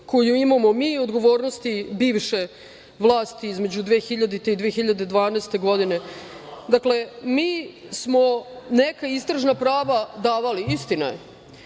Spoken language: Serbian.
koju imamo mi i odgovornosti bivše vlasti između 2000. i 2012. godine. Dakle, mi smo neka istražna prava davali, istina je